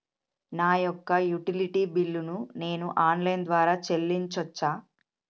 నా యొక్క utility bill ను నేను ఆన్ లైన్ ద్వారా చెల్లించొచ్చా?